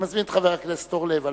אתה רואה ששכנעת את חבר הכנסת נסים זאב?